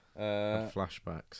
Flashbacks